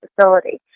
facility